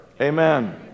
amen